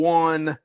one